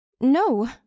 No